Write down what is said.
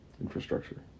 infrastructure